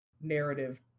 narrative